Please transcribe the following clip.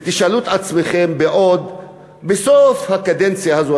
ותשאלו את עצמכם בסוף הקדנציה הזו,